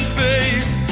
face